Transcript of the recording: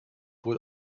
wohl